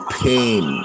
pain